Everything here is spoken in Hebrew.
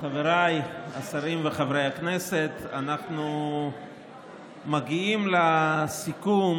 חבריי השרים וחברי הכנסת, אנחנו מגיעים לסיכום